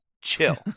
chill